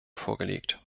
vorgelegt